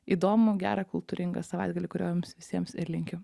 įdomų gerą kultūringą savaitgalį kurio jums visiems ir linkiu